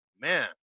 man